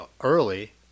early